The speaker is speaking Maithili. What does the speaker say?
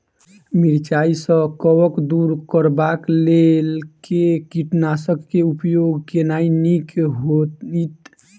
मिरचाई सँ कवक दूर करबाक लेल केँ कीटनासक केँ उपयोग केनाइ नीक होइत?